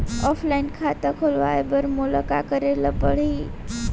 Offline खाता खोलवाय बर मोला का करे ल परही?